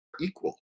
equal